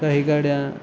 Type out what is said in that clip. काही गाड्या